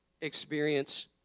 experience